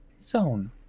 zone